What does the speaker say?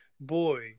Boy